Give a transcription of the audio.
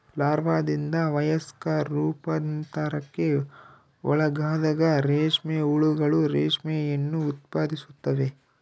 ಲಾರ್ವಾದಿಂದ ವಯಸ್ಕ ರೂಪಾಂತರಕ್ಕೆ ಒಳಗಾದಾಗ ರೇಷ್ಮೆ ಹುಳುಗಳು ರೇಷ್ಮೆಯನ್ನು ಉತ್ಪಾದಿಸುತ್ತವೆ